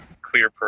clear